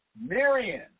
Miriam